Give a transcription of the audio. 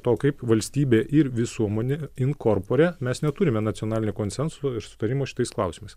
to kaip valstybė ir visuomonė inkorpure mes neturime nacionalinio konsensuso ir sutarimo šitais klausimais